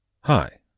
Hi